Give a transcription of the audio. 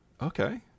Okay